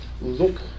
Look